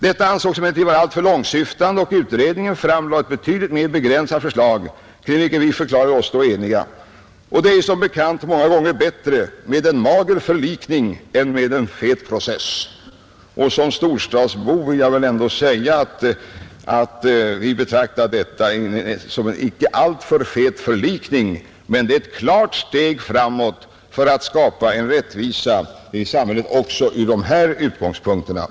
Detta ansågs emellertid vara alltför långtsyftande, och utredningen framlade ett betydligt mer begränsat förslag, kring vilket vi förklarade oss stå eniga. Det är som bekant många gånger bättre med en mager förlikning än en fet process. Som storstadsbo vill jag säga att vi betraktar det förslag som nu ligger på riksdagens bord som en icke alltför fet förlikning, men det är ett klart steg framåt för att skapa rättvisa i samhället också från de här utgångspunkterna.